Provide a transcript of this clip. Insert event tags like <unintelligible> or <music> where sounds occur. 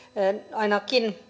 ainakin <unintelligible>